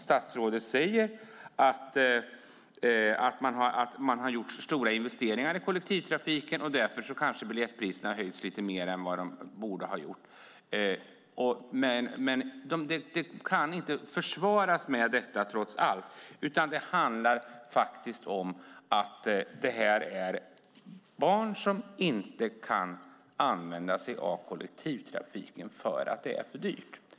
Statsrådet säger att det har gjorts stora investeringar i kollektivtrafiken, och därför har biljettpriserna kanske höjts lite mer än de borde. Det räcker inte som försvar när vi talar om barn som inte kan använda sig av kollektivtrafiken för att det är för dyrt.